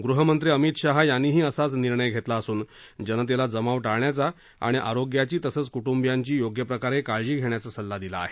गृहमंत्री अमित शहा यांनीही असाच निर्णय घेतला असून जनतेला जमाव टाळण्याचा आणि आरोग्याची तसंच कुटुंबियांची योग्य प्रकारे काळजी घेण्याचा सल्ला दिला आहे